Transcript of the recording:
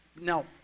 Now